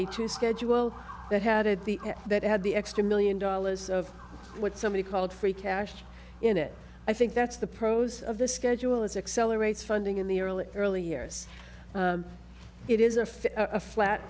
a two schedule that had the that had the extra million dollars of what somebody called free cash in it i think that's the prose of the schedule as accelerates funding in the early early years it is a for a flat